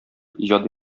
иҗади